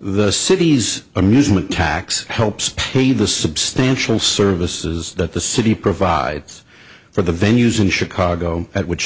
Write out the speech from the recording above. the city's amusement tax helps pay the substantial services that the city provides for the venues in chicago at which